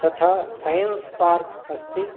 तथा science park अस्ति